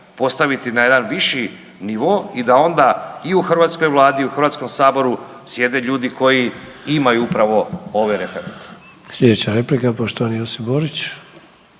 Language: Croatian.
postaviti na jedan viši nivo i da onda i u hrvatskoj vladi i u HS sjede ljudi koji imaju upravo ove reference. **Sanader, Ante (HDZ)** Slijedeća replika poštovani Josip Borić.